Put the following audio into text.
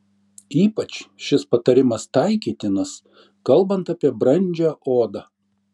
ypač šis patarimas taikytinas kalbant apie brandžią odą